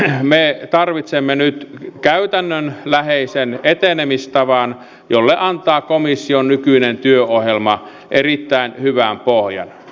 me tarvitsemme nyt käytännönläheisen etenemistavan jolle antaa komission nykyinen työohjelma erittäin hyvän pohjan